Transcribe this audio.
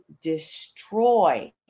destroy